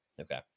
okay